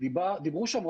דיברו שם,